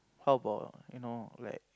how about you know like